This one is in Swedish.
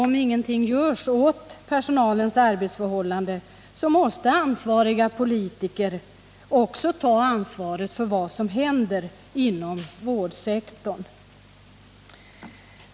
Om ingenting görs åt personalens arbetsförhållanden, måste ansvariga politiker också ta ansvaret för vad som händer inom vårdsektorn.